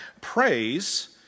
Praise